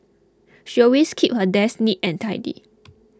she always keeps her desk neat and tidy